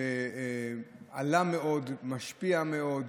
שעלה מאוד ומשפיע מאוד.